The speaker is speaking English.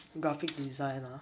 graphic design ah